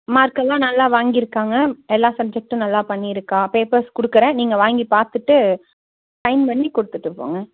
மார்க்கெல்லாம் நல்லா வாங்கியிருக்காங்க எல்லா சப்ஜெக்ட்டும் நல்லா பண்ணியிருக்கா பேப்பர்ஸ் கொடுக்கறேன் நீங்கள் வாங்கி பார்த்துட்டு சைன் பண்ணி கொடுத்துட்டு போங்க